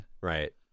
right